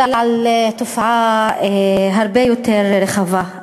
אלא על תופעה הרבה יותר רחבה.